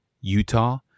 Utah